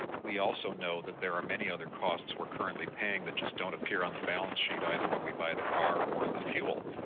we also know that there are many other costs we're currently paying that just don't appear on the balance sheet, either when we buy the car or the fuel.